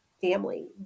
family